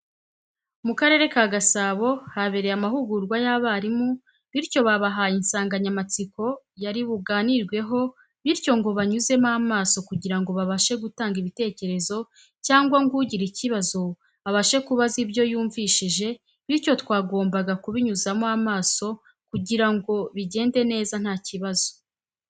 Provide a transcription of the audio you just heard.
Mu karere ka Gasabo habereye amahugurwa ya barimu bityo babahaye insanganyamatsiko yari buganirweho bityo ngo banyuzemo amaso kugira ngo babashe gutanga ibitekerezo cyangwa ngo ugira ikibazo abashe kubaza ibyo yumvishije bityo twagombaga kubinyuzamo amaso kugira ngo bigende neza nta kibazo.